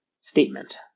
statement